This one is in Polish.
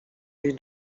jej